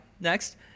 next